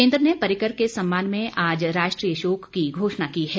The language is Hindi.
केन्द्र ने पर्रिकर के सम्मान में आज राष्ट्रीय शोक की घोषणा की है